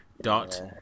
dot